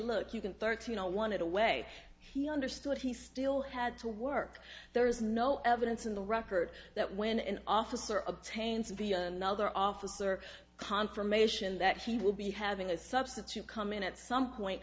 look you can thirteen i wanted a way he understood he still had to work there is no evidence in the record that when an officer obtains be another officer confirmation that he will be having a substitute come in at some point